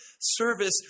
service